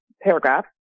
paragraph